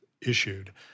issued